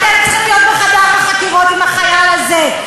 אתם צריכים להיות בחדר החקירות עם החייל הזה,